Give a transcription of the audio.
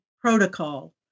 protocol